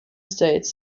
states